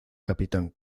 capitán